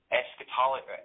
eschatology